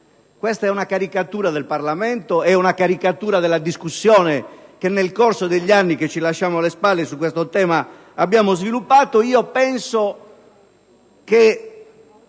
Questa è una caricatura del Parlamento e della discussione che, nel corso degli anni che ci lasciamo alle spalle, abbiamo sviluppato